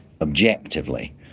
objectively